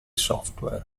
software